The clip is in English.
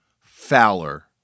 Fowler